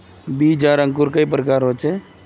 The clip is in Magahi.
बीज आर अंकूर कई प्रकार होचे?